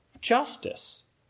justice